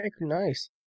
nice